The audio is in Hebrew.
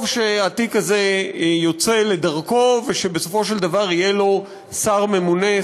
טוב שהתיק הזה יוצא לדרכו ושבסופו של דבר יהיה לו שר ממונה,